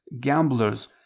gamblers